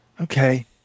Okay